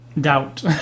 Doubt